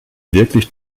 wirklich